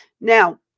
now